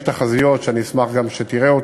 יש תחזיות שאשמח שתראה,